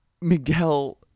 Miguel